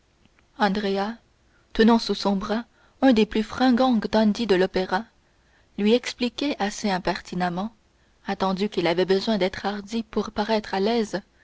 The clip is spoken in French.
tenant sous son bras un des plus fringants dandys de l'opéra lui expliquait assez impertinemment attendu qu'il avait besoin d'être hardi pour paraître à l'aise